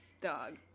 dog